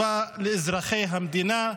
טובה לאזרחי המדינה,